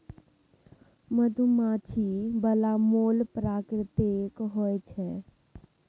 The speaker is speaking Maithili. मधुमाछी बला मोम प्राकृतिक होए छै